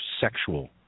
sexual